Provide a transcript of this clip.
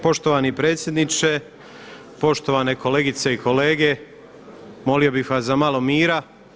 Poštovani predsjedniče, poštovane kolegice i kolege, molio bih vas za malo mira.